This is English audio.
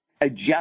adjust